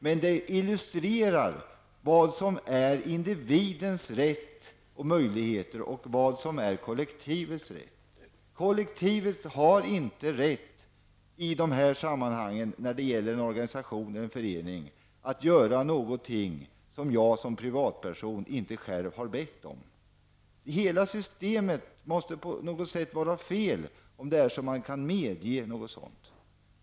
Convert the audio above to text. Men härmed illustreras vad som är individens rätt och möjligheter resp. vad som är kollektivets rätt. Kollektivet har inte rätt, det må gälla en organisation eller en förening, att göra något som jag som enskild person inte har bett om. Hela systemet måste på något sätt vara fel om man kan medge något sådant.